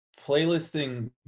Playlisting